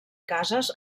cases